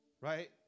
Right